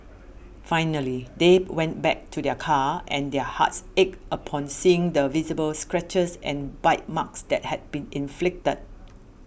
finally they went back to their car and their hearts ached upon seeing the visible scratches and bite marks that had been inflicted